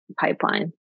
pipeline